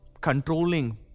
controlling